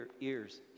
ears